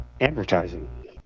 advertising